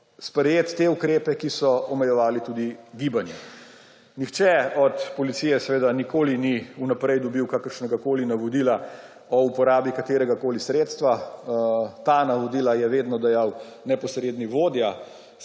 sprejeti te ukrepe, ki so omejevali tudi gibanje. Nihče od policije nikoli ni vnaprej dobil kakršnegakoli navodila o uporabi kateregakoli sredstva. Ta navodila je vedno dajal neposredni vodja